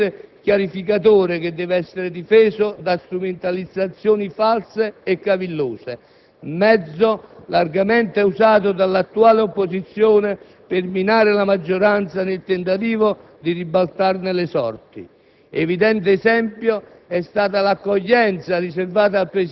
prima alla Camera e poi qui in Senato, è indice del potere chiarificatore che deve essere difeso da strumentalizzazioni false e cavillose, mezzo largamente usato dall'attuale opposizione per minare la maggioranza, nel tentativo di ribaltarne le sorti.